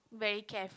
very care